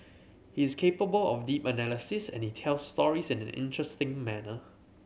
he is capable of deep analysis and he tells stories in an interesting manner